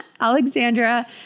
Alexandra